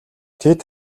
тэд